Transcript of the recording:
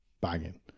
Banging